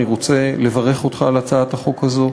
אני רוצה לברך אותך על הצעת החוק הזאת.